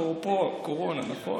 אפרופו קורונה, נכון?